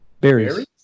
Berries